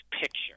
picture